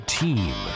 team